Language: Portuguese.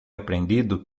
aprendido